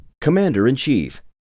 Commander-in-Chief